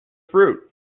fruit